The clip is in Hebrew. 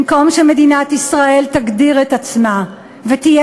במקום שמדינת ישראל תגדיר את עצמה ותהיה